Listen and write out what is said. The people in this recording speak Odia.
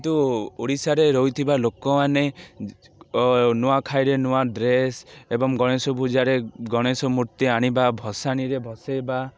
କିନ୍ତୁ ଓଡ଼ିଶାରେ ରହୁଥିବା ଲୋକମାନେ ନୂଆଖାଇରେ ନୂଆ ଡ୍ରେସ୍ ଏବଂ ଗଣେଶ ପୂଜାରେ ଗଣେଶ ମୂର୍ତ୍ତି ଆଣିବା ଭସାଣିୀରେ ଭସେଇବା